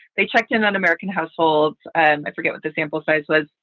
they checked in on american households. and i forget what the sample size was.